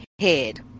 head